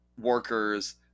workers